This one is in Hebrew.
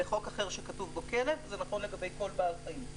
לחוק אחר שבו כתוב: "כלב" זה נכון לגבי כל בעל חיים.